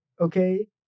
okay